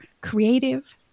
creative